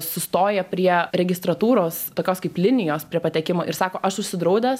sustoja prie registratūros tokios kaip linijos prie patekimo ir sako aš užsidraudęs